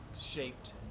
shaped